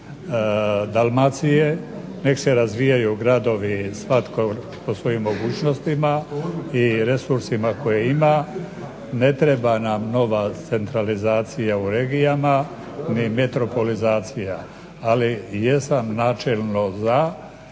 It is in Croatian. Dalmacije, nek' se razvijaju gradovi svatko po svojim mogućnostima i resursima koje ima. Ne treba nam nova centralizacija u regijama ni metropolizacija. Ali jesam načelno za